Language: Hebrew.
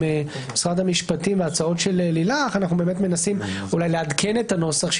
משרד המשפטים וההצעות של לילך אנחנו מנסים אולי לעדכן את הנוסח,